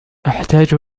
أحتاج